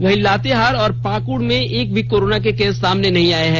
वहीं लातेहार और पाकुड़ में एक भी कोरोनो के केस सामने नहीं आए हैं